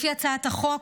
לפי הצעת החוק,